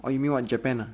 orh you mean what japan ah